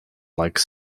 like